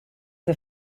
the